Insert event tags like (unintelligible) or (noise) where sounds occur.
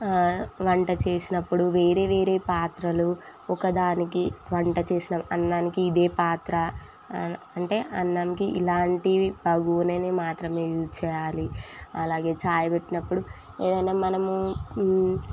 వంట చేసినప్పుడు వేరే వేరే పాత్రలు ఒకదానికి వంట చేసిన అన్నానికి ఇదే పాత్ర అంటే అన్నంకి ఇలాంటివి (unintelligible) మాత్రమే యూజ్ చేయాలి అలాగే ఛాయ్ పెట్టినప్పుడు ఏదన్నా మనము